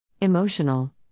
Emotional